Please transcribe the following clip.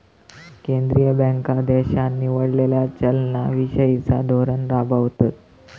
केंद्रीय बँका देशान निवडलेला चलना विषयिचा धोरण राबवतत